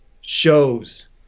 shows